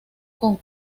con